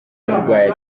umurwayi